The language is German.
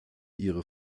ihre